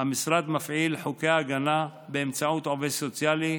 המשרד מפעיל חוקי הגנה באמצעות עובד סוציאלי,